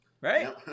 right